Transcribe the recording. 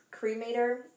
cremator